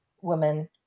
woman